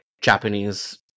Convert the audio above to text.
japanese